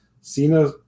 Cena –